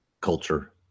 culture